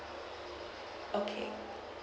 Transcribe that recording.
okay